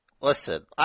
Listen